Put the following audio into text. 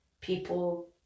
people